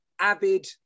avid